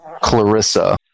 Clarissa